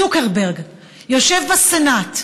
צוקרברג יושב בסנאט,